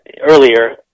earlier